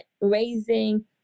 raising